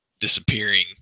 disappearing